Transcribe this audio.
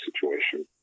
situation